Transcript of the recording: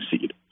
seed